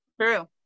true